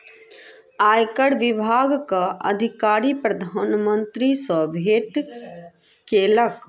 आयकर विभागक अधिकारी प्रधान मंत्री सॅ भेट केलक